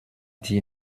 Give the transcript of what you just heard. die